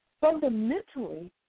fundamentally